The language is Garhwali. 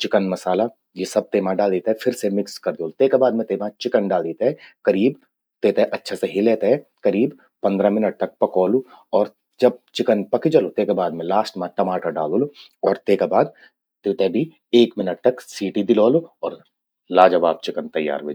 चिकन मसाला। यी सब तेई मां डाली ते फिर से मिक्स कर द्योलु। तेका बाद मैं तेमा चिकन डाली ते करीब, तेते अच्छा से हिले ते करीब पंद्रह मिनट तक पकौलु और जब चिकन पकि जलु, तेका बाद मैं लास्ट मां टमाटर डालोलु। तेका बाद तेते भि एक मिनट तक सीटी दिलौलु और लाजवाब चिकन तैयार व्हे जंद।